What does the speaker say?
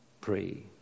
pray